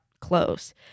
close